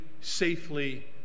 safely